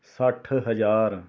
ਸੱਠ ਹਜ਼ਾਰ